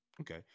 Okay